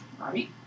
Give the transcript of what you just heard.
Right